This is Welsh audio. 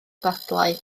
ddadlau